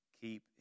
keep